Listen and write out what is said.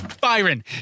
Byron